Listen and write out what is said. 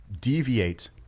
deviate